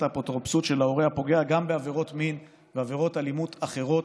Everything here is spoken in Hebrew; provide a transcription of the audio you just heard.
האפוטרופסות של ההורה הפוגע גם בעבירות מין ועבירות אלימות אחרות.